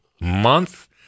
month